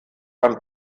beim